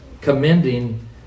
commending